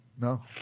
No